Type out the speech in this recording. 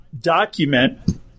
document